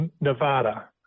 Nevada